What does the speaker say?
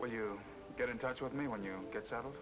well you get in touch with me when you get settled